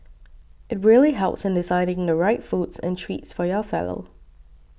it really helps in deciding the right foods and treats for your fellow